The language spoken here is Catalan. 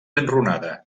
enrunada